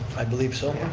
i believe so,